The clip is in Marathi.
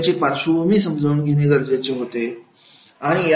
सगळ्याची पार्श्वभूमी समजून घेणे गरजेचे असते